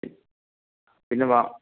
പിന്നെ വാ